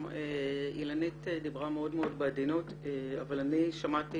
אילנית דיברה מאוד מאוד בעדינות אבל אני שמעתי